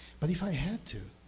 but if i had to,